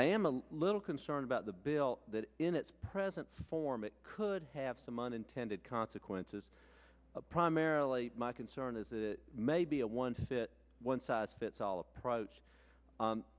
i am a little concerned about the bill that in its present form it could have some unintended consequences primarily my concern is that it may be a one to fit one size fits all approach